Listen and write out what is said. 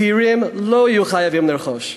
צעירים לא יהיו חייבים לרכוש.